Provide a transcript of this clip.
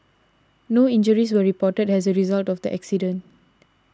no injuries were reported as a result of the accident